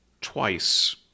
twice